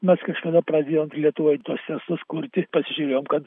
mes kažkada pradėjom lietuvoj tuos testus kurti pasižiūrėjom kad